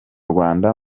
rwanda